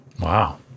Wow